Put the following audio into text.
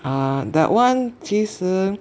ah that one 其实